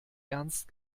ernst